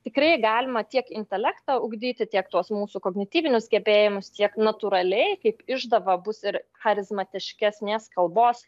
tikrai galima tiek intelektą ugdyti tiek tuos mūsų kognityvinius gebėjimus tiek natūraliai kaip išdava bus ir charizmatiškesnės kalbos